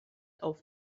auf